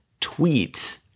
tweets